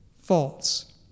false